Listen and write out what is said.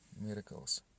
miracles